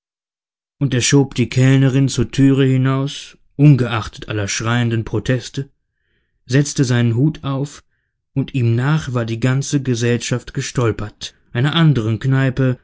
und er schob die kellnerin zur türe hinaus ungeachtet aller schreienden proteste setzte seinen hut auf und ihm nach war die ganze gesellschaft gestolpert einer anderen kneipe